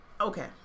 Okay